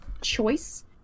choice